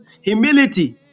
humility